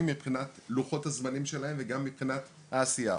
מבחינת לוחות הזמנים שלהם וגם מבחינת העשייה.